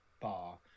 bar